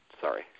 Sorry